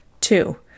Two